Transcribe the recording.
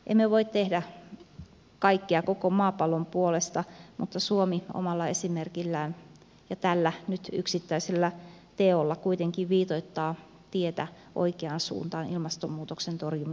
emme voi tehdä kaikkea ko ko maapallon puolesta mutta suomi omalla esimerkillään ja tällä nyt yksittäisellä teolla kuitenkin viitoittaa tietä oikeaan suuntaan ilmastonmuutoksen torjumiseksi